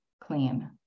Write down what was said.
clean